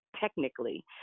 technically